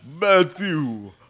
Matthew